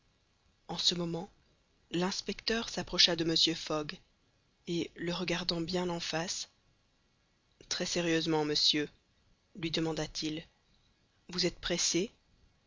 en ce moment l'inspecteur s'approcha de mr fogg et le regardant bien en face très sérieusement monsieur lui demanda-t-il vous êtes pressé